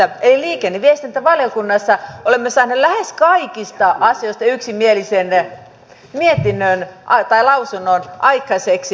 eli liikenne ja viestintävaliokunnassa olemme saaneet lähes kaikista asioista yksimielisen lausunnon aikaiseksi